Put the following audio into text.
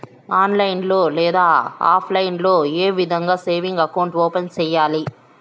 online లో లేదా offline లో ఏ విధంగా సేవింగ్ అకౌంట్ ఓపెన్ సేయాలి